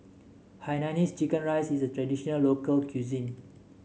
Hainanese Chicken Rice is a traditional local cuisine